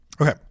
Okay